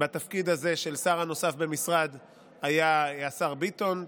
בתפקיד הזה של שר הנוסף במשרד היה השר ביטון,